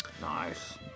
nice